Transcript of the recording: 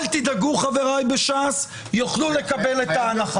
אל תדאגו, חבריי בש"ס, יוכלו לקבל את ההנחה.